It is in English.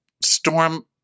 storm